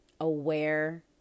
aware